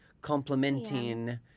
complementing